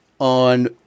On